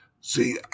See